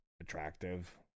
attractive